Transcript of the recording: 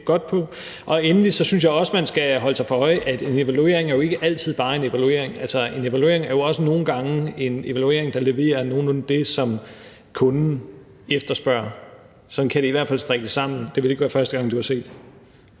godt på. Endelig synes jeg også, man skal holde sig for øje, at en evaluering ikke altid bare er en evaluering. Altså, en evaluering er også nogle gange en evaluering, der leverer nogenlunde det, som kunden efterspørger; sådan kan det i hvert fald strikkes sammen, det ville ikke være første gang, det var set.